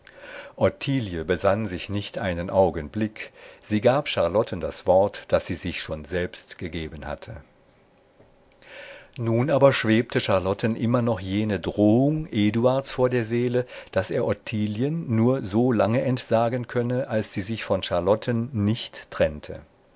besann sich nicht einen augenblick sie gab charlotten das wort das sie sich schon selbst gegeben hatte nun aber schwebte charlotten immer noch jene drohung eduards vor der seele daß er ottilien nur so lange entsagen könne als sie sich von charlotten nicht trennte